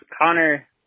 Connor